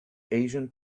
asian